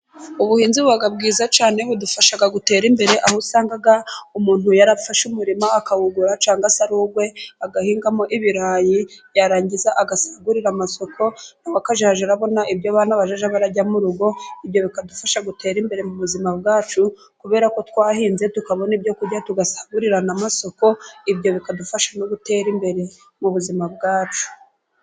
ubuhinzi buga bwiza cyane budufasha gutera imbere, aho usanga umuntu yarafashe umurima akawugura cyangwa se agahingamo ibirayi, yarangiza agasagurira amasoko akazajya arabona ibyo abana barya mu rugo, ibyo bikadufasha gutera imbere mu buzima bwacu, kubera ko twahinze tukabona ibyo kurya tugasahurira na masoko, ibyo bikadufasha no gutera imbere mu buzima bwacu.